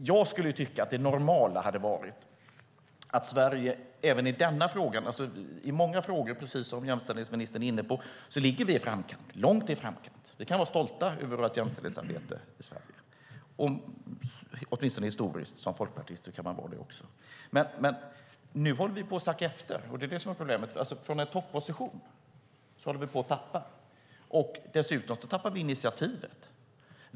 Jag skulle tycka att det normala hade varit att Sverige gick före även i denna fråga. I många frågor ligger vi, precis som jämställdhetsministern är inne på, i framkant - långt i framkant. Vi kan vara stolta över vårt jämställdhetsarbete i Sverige. Åtminstone historiskt kan man vara det också som folkpartist. Nu håller vi dock på att sacka efter, och det är det som är problemet: Från en topposition håller vi på att tappa, och dessutom tappar vi initiativet.